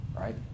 right